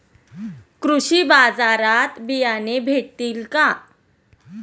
कृषी बाजारात बियाणे भेटतील का?